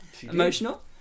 Emotional